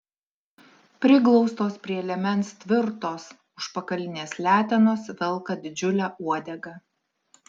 priglaustos prie liemens tvirtos užpakalinės letenos velka didžiulę uodegą